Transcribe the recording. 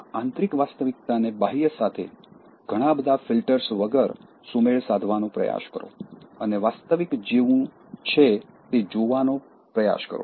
આ આંતરિક વાસ્તવિકતાને બાહ્ય સાથે ઘણા બધા ફિલ્ટર્સ વગર સુમેળ સાધવાનો પ્રયાસ કરો અને વાસ્તવિક જેવું છે તે જોવાનો પ્રયાસ કરો